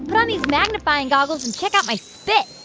put on these magnifying goggles and check out my spit.